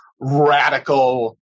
radical